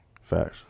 Facts